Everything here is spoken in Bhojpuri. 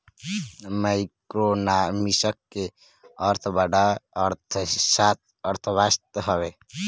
मैक्रोइकोनॉमिक्स के अर्थ बड़ अर्थव्यवस्था हवे